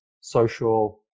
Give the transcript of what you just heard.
social